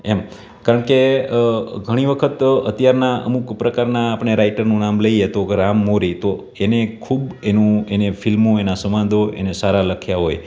એમ કારણ કે ઘણી વખત અત્યારનાં અમુક પ્રકારના આપણે રાઇટરનું નામ લઈએ તો કહે રામ મોરી તો એણે ખૂબ એનું એણે ફિલ્મો એનાં સંવાદો એણે સારા લખ્યા હોય